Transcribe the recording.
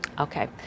Okay